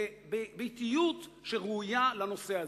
באטיות שראויה לנושא הזה.